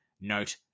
Note